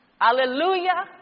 Hallelujah